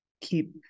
keep